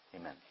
Amen